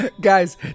guys